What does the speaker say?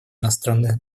иностранных